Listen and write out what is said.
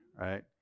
right